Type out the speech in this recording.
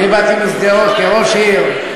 אני באתי משדרות כראש עיר,